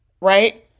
Right